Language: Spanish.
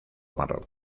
marrón